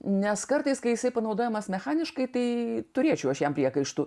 nes kartais kai jisai panaudojamas mechaniškai tai turėčiau aš jam priekaištų